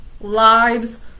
lives